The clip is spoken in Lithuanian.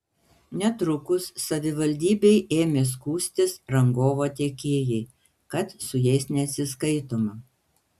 netrukus savivaldybei ėmė skųstis rangovo tiekėjai kad su jais neatsiskaitoma